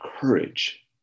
courage